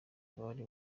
abari